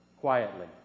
quietly